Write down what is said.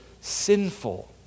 sinful